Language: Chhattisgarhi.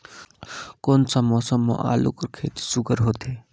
कोन सा मौसम म आलू कर खेती सुघ्घर होथे?